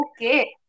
okay